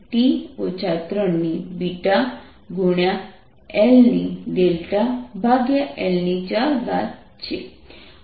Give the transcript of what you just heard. k MLT 2I 2I2L2I1ML3T 3LL4છે